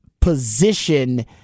position